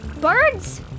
Birds